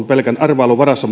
pelkän arvailun varassa